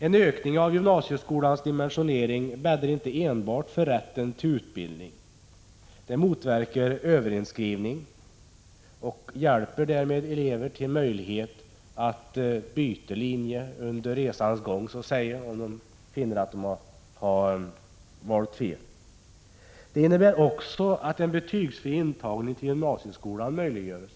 En ökning av gymnasieskolans dimensionering bäddar inte enbart för rätten till utbildning. Det motverkar även överinskrivning och ger därmed elever större möjligheter att under resans gång byta linje om de finner att de har valt fel. Det innebär också att en betygsfri intagning till gymnasieskolan möjliggörs.